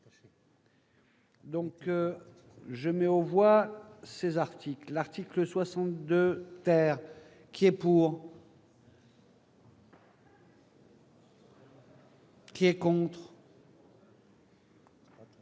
Donc je me on voit ces articles article 62 terre qui est pour. Qui est contre.